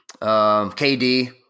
KD